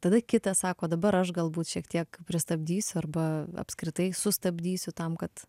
tada kitas sako dabar aš galbūt šiek tiek pristabdysiu arba apskritai sustabdysiu tam kad